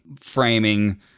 framing